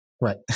Right